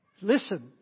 Listen